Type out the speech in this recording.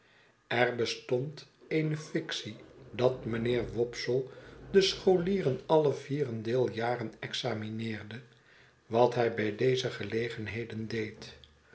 er bestond eene fictie dat mijnheer wopsle de scholieren alle vierendeeljaren examineerde wat hij bij deze gelegenheden deed